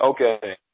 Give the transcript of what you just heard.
Okay